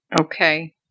Okay